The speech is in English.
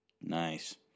Nice